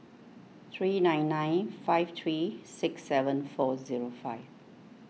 three nine nine five three six seven four zero five